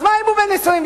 אז מה אם הוא בן 21?